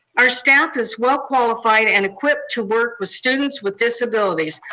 our staff is well-qualified and equip to work with students with disabilities.